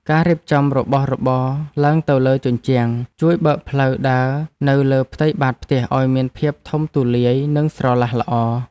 ការរៀបចំរបស់របរឡើងទៅលើជញ្ជាំងជួយបើកផ្លូវដើរនៅលើផ្ទៃបាតផ្ទះឱ្យមានភាពធំទូលាយនិងស្រឡះល្អ។